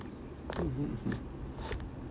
mmhmm